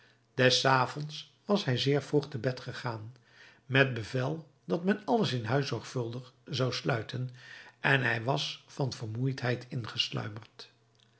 des avonds was hij zeer vroeg te bed gegaan met bevel dat men alles in huis zorgvuldig zou sluiten en hij was van vermoeidheid